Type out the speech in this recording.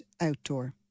outdoor